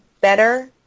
better